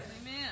Amen